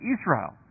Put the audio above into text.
Israel